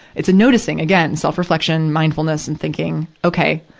it's a noticing again, self-reflection, mindfulness, and thinking, okay.